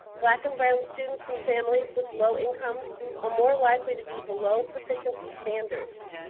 black and brown students from families with low incomes are more likely to be below proficiency standards.